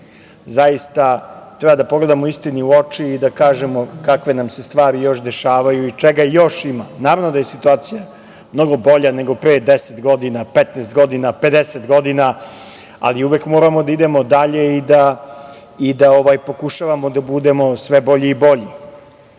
Zaista, treba da pogledamo istini u oči i da kažemo kakve nam se stvari još dešavaju i čega još ima. Naravno da je situacija mnogo bolja nego pre 10, 15, 50 godina, ali uvek moramo da idemo dalje i da pokušavamo da budemo sve bolji i bolji. Koliko